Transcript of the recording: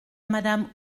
madame